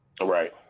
Right